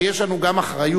שיש לנו גם אחריות.